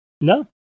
No